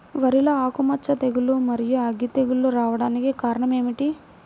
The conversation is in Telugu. వరిలో ఆకుమచ్చ తెగులు, మరియు అగ్గి తెగులు రావడానికి కారణం ఏమిటి?